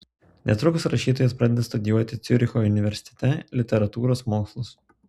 netrukus rašytojas pradeda studijuoti ciuricho universitete literatūros mokslus